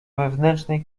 wewnętrznej